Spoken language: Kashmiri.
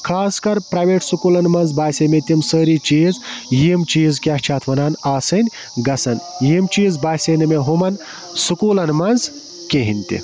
خاص کَر پرٛیٚویٚٹ سُکوٗلَن منٛز باسے مےٚ تِم سٲری چیٖز یِم چیٖز کیٛاہ چھِ اَتھ وَنان آسٕنۍ گژھَن یِم چیٖز باسے نہٕ مےٚ ہُمَن سُکوٗلَن منٛز کِہیٖنۍ تہِ